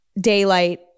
daylight